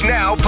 Now